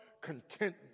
contentment